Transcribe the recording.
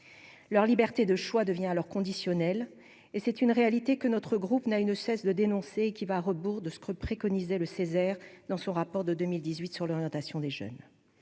leur liberté de choix devient alors conditionnel et c'est une réalité que notre groupe n'a eu, ne cesse de dénoncer, qui va à rebours de ce creux préconisait le Césaire dans son rapport de 2018 sur l'orientation des jeunes,